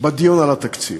הדיון על התקציב.